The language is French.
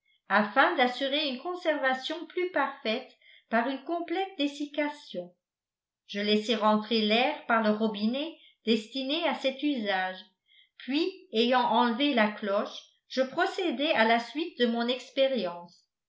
afin d'assurer une conservation plus parfaite par une complète dessiccation je laissai rentrer l'air par le robinet destiné à cet usage puis ayant enlevé la cloche je procédai à la suite de mon expérience